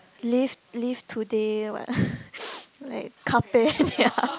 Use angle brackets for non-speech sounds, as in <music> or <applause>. live live today what <breath> like carpe diem